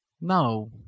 No